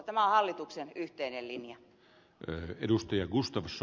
tämä on hallituksen yhteinen linja